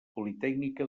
politècnica